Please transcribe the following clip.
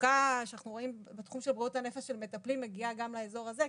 המצוקה שאנחנו חווים בתחום של בריאות הנפש מגיעה גם לאזור הזה,